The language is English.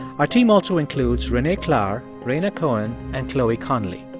our team also includes renee klahr, rhaina cohen and chloe connelly.